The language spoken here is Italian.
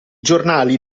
giornali